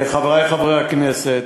חברי חברי הכנסת,